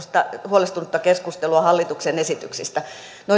huolestunutta keskustelua hallituksen esityksistä noin